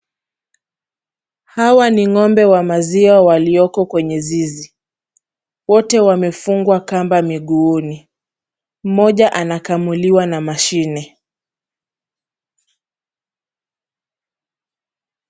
Hawa ni ng'ombe wa maziwa walioko kwenye zizi. Wote wamefungwa kamba miguuni. Mmoja anakamuliwa na mashine.